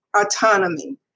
autonomy